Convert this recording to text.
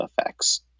effects